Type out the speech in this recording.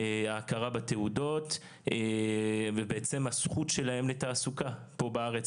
ההכרה בתעודות ובעצם הזכות שלהם לתעסוקה פה בארץ.